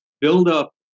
buildup